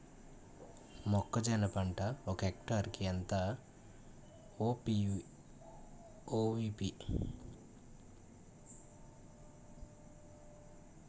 మొక్కజొన్న పంట ఒక హెక్టార్ కి ఎంత ఎం.ఓ.పి మరియు ఎస్.ఎస్.పి ఎంత వేయాలి? దిగుబడి ఎంత వస్తుంది?